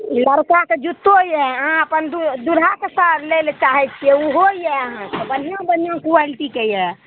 लड़काके जूत्तो यै यहाँ अपन दुल्हाके लै लए चाहै छियै ओहो यै अहाँके बढ़िआँ बढ़िआँ क्वालिटीके यै